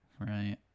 Right